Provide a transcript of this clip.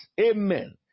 amen